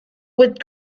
with